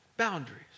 boundaries